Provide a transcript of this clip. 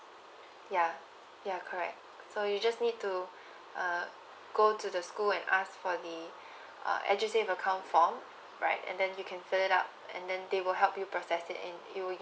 ya ya correct so you just need to uh go to the school and ask for the uh edusave account form right and then you can fill it up and then they will help you process it and you will